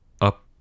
up